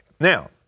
Now